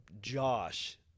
Josh